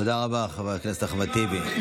תודה רבה, חבר הכנסת טיבי.